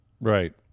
Right